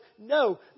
no